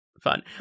fun